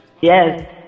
Yes